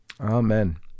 Amen